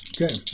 Okay